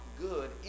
good